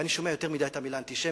אני שומע יותר מדי את המלה "אנטישמיות",